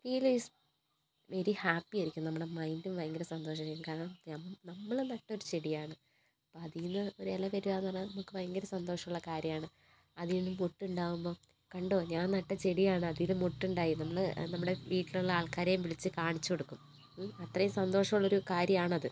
feel is very ഹാപ്പിയായിരിക്കും നമ്മുടെ മൈൻ്റും ഭയങ്കര സന്തോഷമായിരിക്കും കാരണം നമ്മൾ നട്ടൊരു ചെടിയാണ് അപ്പം അതിൽ നിന്ന് ഒരില വരികയെന്നു പറഞ്ഞാൽ നമുക്ക് ഭയങ്കര സന്തോഷമുള്ള കാര്യമാണ് അതിൽ നിന്ന് മൊട്ടുണ്ടാവുമ്പം കണ്ടോ ഞാൻ നട്ട ചെടിയാണ് അതിൽ മൊട്ടുണ്ടായി നമ്മൾ നമ്മുടെ വീട്ടിലുള്ള ആൾക്കാരേയും വിളിച്ച് കാണിച്ചുകൊടുക്കും അത്രയും സന്തോഷമുള്ളൊരു കാര്യമാണത്